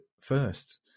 first